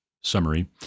summary